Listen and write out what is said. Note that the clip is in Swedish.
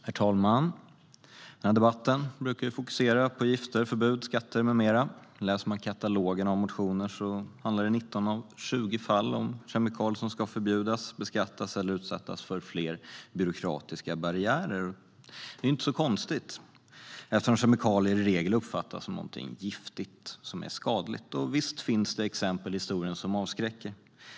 Herr talman! Den här debatten brukar fokusera på gifter, förbud, skatter med mera. Katalogen med motioner handlar i 19 av 20 fall om kemikalier som ska förbjudas, beskattas eller utsättas för fler byråkratiska barriärer. Det är inte så konstigt eftersom kemikalier i regel uppfattas som något giftigt som är skadligt. Och visst finns det exempel i historien som avskräcker.